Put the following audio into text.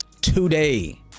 today